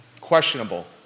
questionable